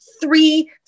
three